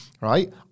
Right